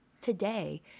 Today